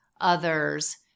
others